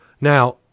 Now